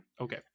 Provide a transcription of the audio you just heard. Okay